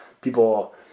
People